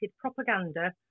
propaganda